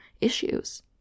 issues